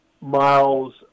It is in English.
miles